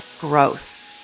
growth